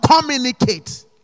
communicate